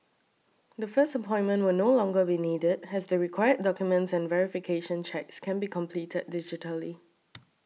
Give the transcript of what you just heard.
the first appointment will no longer be needed as the required documents and verification checks can be completed digitally